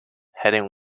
heading